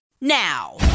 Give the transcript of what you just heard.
now